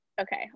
Okay